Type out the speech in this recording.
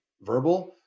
verbal